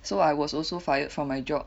so I was also fired from my job